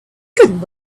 couldn’t